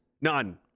none